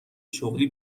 شغلی